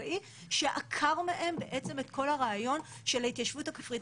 חקלאי שעקר מהם את כל הרעיון של ההתיישבות הכפרית.